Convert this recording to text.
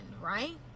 right